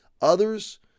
Others